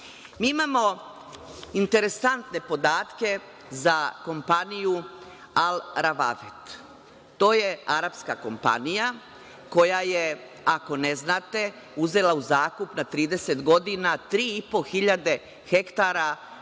imamo interesantne podatke za kompaniju „Al Rawafed“. To je arapska kompanija koja je, ako ne znate, uzela u zakup na 30 godinaMi imamo interesantne